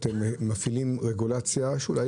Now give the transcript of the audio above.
אתם מפעילים רגולציה על המגדלים,